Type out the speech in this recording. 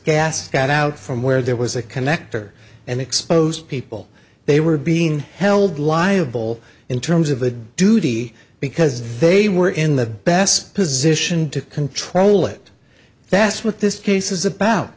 got out from where there was a connector and exposed people they were being held liable in terms of a duty because they were in the best position to control it that's what this case is about